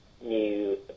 new